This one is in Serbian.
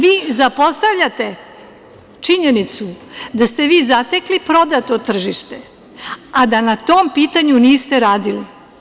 Vi zapostavljate činjenicu da ste vi zatekli prodato tržište, a da na tom pitanju niste radili.